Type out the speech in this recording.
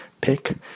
pick